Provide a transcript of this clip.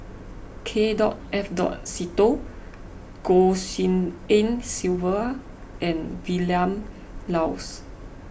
K dot F dot Seetoh Goh Tshin En Sylvia and Vilma Laus